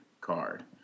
card